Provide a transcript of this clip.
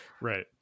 Right